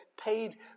paid